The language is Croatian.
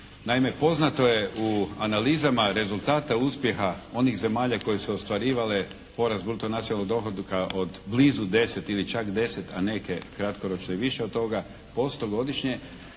Naime, poznato je u analizama rezultata uspjeha onih zemalja koje su ostvarivale porast bruto nacionalnog dohotka od blizu 10 ili čak 10, a neke kratkoročno i više od toga posto godišnje